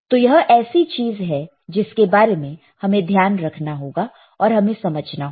तो यह ऐसी चीज है जिसके बारे में हमें ध्यान रखना होगा और हमें समझना होगा